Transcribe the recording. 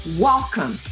welcome